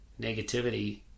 negativity